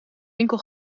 winkel